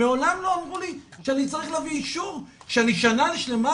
מעולם לא אמרו לי שאני צריך להביא אישור שאני שנה שלמה